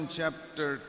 chapter